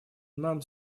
нам